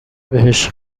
بهش